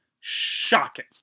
shocking